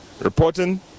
reporting